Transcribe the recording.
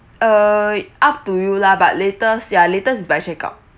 uh up to you lah but latest ya latest is by check out